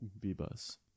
B-Bus